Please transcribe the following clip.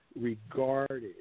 regarded